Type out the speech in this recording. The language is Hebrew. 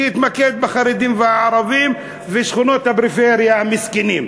שמתמקד בחרדים ובערבים ובשכונות הפריפריה המסכנים,